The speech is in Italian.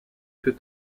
più